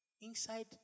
Inside